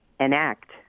enact